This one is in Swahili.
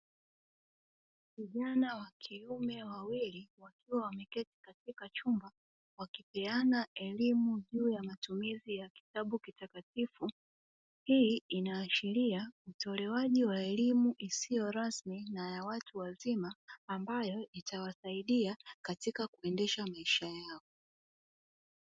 Vijana wa kiume wawili, wakiwa wameketi katika chumba, wakipeana elimu juu ya matumizi ya kitabu kitakatifu. Hii inaashiria utolewaji wa elimu isiyo rasmi na ya watu wazima, ambayo itawasaidia katika kuendesha maisha yao.